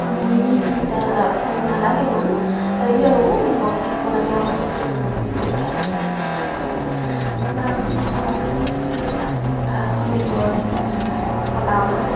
আমনিদায়ক নালাগে ইমান হেৰি আৰু বহি থাকিব লাগে আৰু তললৈ মূখ কৰি পেলাই এনেকৈ কৰি থাকিব লাগে চিলাও তাৰপৰা টুপি চুপি এইবিলাক কথা হয় ঊলৰ ফলা ঊলৰ